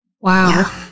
Wow